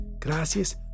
gracias